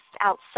outside